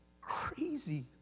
crazy